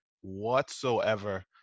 whatsoever